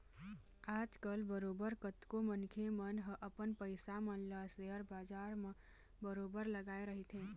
आजकल बरोबर कतको मनखे मन ह अपन पइसा मन ल सेयर बजार म बरोबर लगाए रहिथे